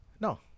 No